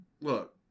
look